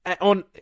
on